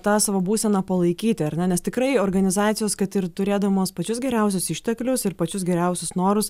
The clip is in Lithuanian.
tą savo būseną palaikyti ar ne nes tikrai organizacijos kad ir turėdamos pačius geriausius išteklius ir pačius geriausius norus